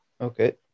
Okay